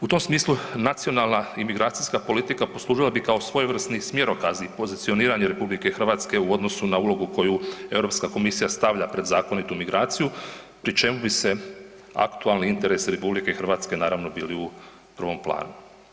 U tom smislu nacionalna i migracijska politika poslužila bi kao svojevrsni smjerokazi pozicioniranja RH u odnosu na ulogu koju Europska komisija stavlja pred zakonitu migraciju pri čemu bi se aktualni interes RH naravno bili u prvom planu.